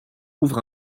ouvre